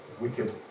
wicked